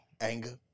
Anger